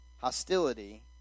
hostility